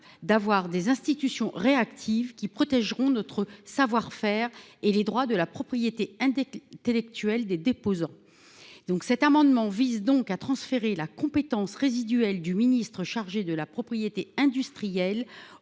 d'avoir des institutions réactive qui protégeront notre savoir-faire et les droits de la propriété, indique-t-elle actuelle des déposants. Donc cet amendement vise donc à transférer la compétence résiduelle du ministre chargé de la propriété industrielle